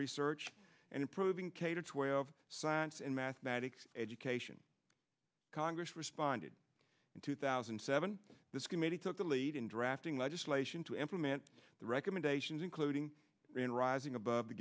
research and improving k to twelve science and mathematics education congress responded in two thousand and seven this committee took the lead in drafting legislation to implement the recommendations including in rising above the